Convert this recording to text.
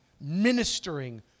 ministering